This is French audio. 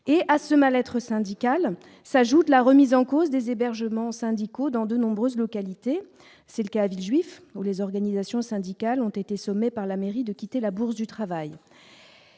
et à ce mal être syndicale s'ajoute la remise en cause des hébergements syndicaux dans de nombreuses localités, c'est le cas à Villejuif où les organisations syndicales ont été sommés par la mairie de quitter la Bourse du travail,